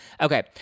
okay